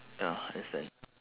ah understand